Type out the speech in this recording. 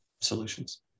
solutions